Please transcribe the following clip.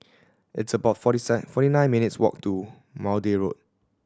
it's about forty forty nine minutes' walk to Maude Road